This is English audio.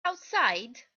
outside